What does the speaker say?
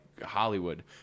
Hollywood